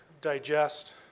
digest